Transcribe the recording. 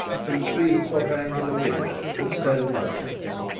through three quadrangular windows with stone mullions,